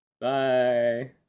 Bye